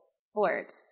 Sports